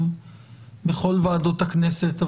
בכל ועדות הכנסת,